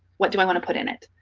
what do i want to put in it?